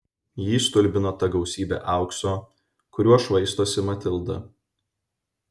jį stulbino ta gausybė aukso kuriuo švaistosi matilda